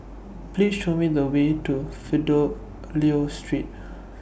Please Show Me The Way to Fidelio Street